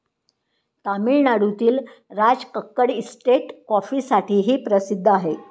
तामिळनाडूतील राजकक्कड इस्टेट कॉफीसाठीही प्रसिद्ध आहे